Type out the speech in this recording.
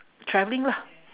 travelling lah